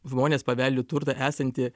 žmonės paveldi turtą esantį